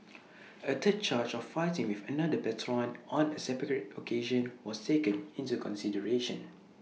A third charge of fighting with another patron on A separate occasion was taken into consideration